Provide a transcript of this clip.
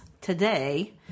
today